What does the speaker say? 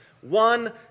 One